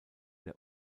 der